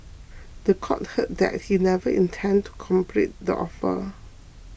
the court heard that he never intended to complete the offer